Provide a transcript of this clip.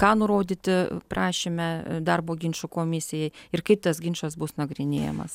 ką nurodyti prašyme darbo ginčų komisijai ir kaip tas ginčas bus nagrinėjamas